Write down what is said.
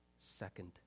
second